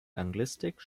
anglistik